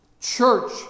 church